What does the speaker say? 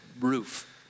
roof